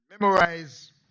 memorize